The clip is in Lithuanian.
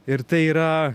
ir tai yra